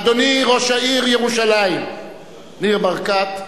אדוני ראש העיר ירושלים ניר ברקת,